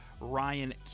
Ryan